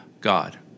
God